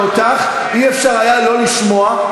אותך לא היה אפשר שלא לשמוע,